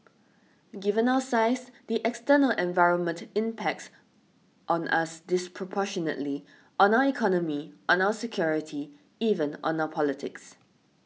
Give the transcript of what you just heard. given our size the external environment impacts on us disproportionately on our economy on our security even on our politics